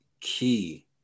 key